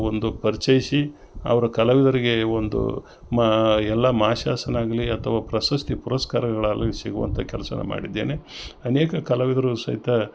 ಒಂದು ಪರ್ಚೇಶಿ ಅವರು ಕಲಾವಿದರಿಗೆ ಒಂದು ಮಾ ಎಲ್ಲ ಮಾಶಾರ್ಸ್ನ ಆಗಲಿ ಅಥವ ಪ್ರಸಸ್ತಿ ಪುರಸ್ಕಾರಗಳಾಗಲಿ ಸಿಗುವಂಥ ಕೆಲಸ ಮಾಡಿದ್ದೇನೆ ಅನೇಕ ಕಲಾವಿದರು ಸಹಿತ